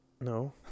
No